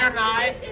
ah guide